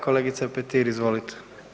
Kolegica Petir izvolite.